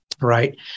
right